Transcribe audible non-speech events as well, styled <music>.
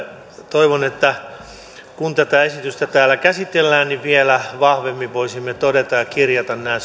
toivon että kun tätä esitystä täällä käsitellään niin vielä vahvemmin voisimme todeta ja kirjata nämä <unintelligible>